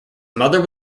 mother